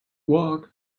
walk